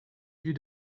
you